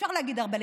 אפשר להגיד הרבה.